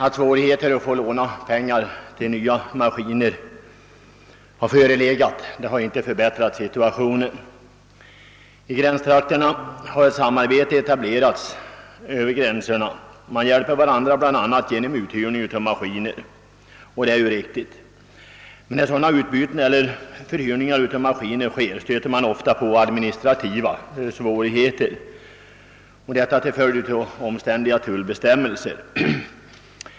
Att svårigheter att få låna pengar till nya maskiner förelegat har inte förbättrat situationen. I gränstrakterna har ett samarbete över gränserna etablerats. Man hjälper varandra bl.a. genom uthyrning av maskiner, och det är ju riktigt. Men när sådana förhyrningar av maskiner sker stöter man ofta på administrativa svårigheter till följd av omständliga tullbestämmelser.